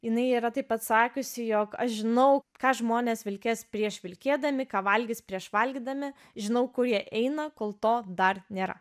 jinai yra taip pat sakiusi jog aš žinau ką žmonės vilkės prieš vilkėdami ką valgys prieš valgydami žinau kur jie eina kol to dar nėra